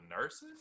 nurses